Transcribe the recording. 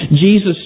Jesus